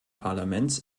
parlaments